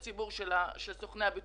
האחד הוא ציבור סוכני הביטוח,